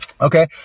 Okay